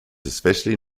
especially